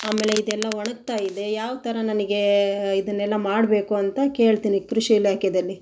ಆಮೇಲೆ ಇದೆಲ್ಲ ಒಣಗ್ತಾ ಇದೆ ಯಾವ ಥರ ನಮಗೆ ಇದನ್ನೆಲ್ಲ ಮಾಡಬೇಕು ಅಂತ ಕೇಳ್ತೀನಿ ಕೃಷಿ ಇಲಾಖೆಯಲ್ಲಿ